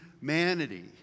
humanity